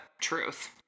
truth